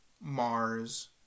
Mars